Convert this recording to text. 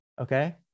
Okay